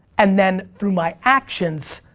and then through my actions,